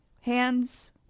hands